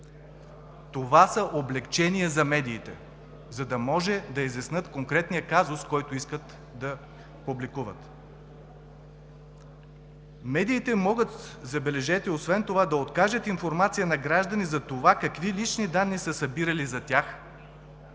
Това са облекчения за медиите, за да може да изяснят конкретния казус, който искат да публикуват. Медиите могат, забележете, освен това да откажат информация на граждани за това какви лични данни са събирали за тях,